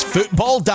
Football